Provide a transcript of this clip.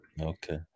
Okay